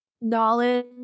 knowledge